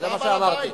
זה בסדר.